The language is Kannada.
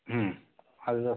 ಹ್ಞೂ ಅದು